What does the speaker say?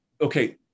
Okay